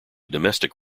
domestic